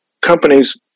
companies